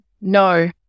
No